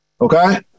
Okay